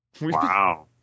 Wow